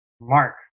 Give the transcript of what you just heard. Mark